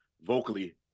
vocally